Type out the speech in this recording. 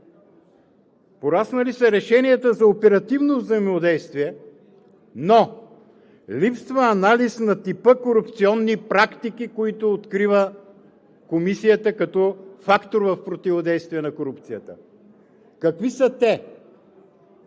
Пораснали са решенията за оперативно взаимодействие, но липсва анализ на типа корупционни практики, които открива Комисията като фактор в противодействие на корупцията. Какви са те,